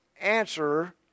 answer